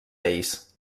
ells